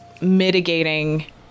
mitigating